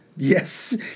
Yes